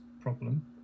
problem